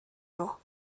nhw